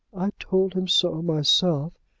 i told him so myself,